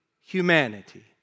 humanity